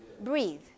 breathe